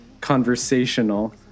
Conversational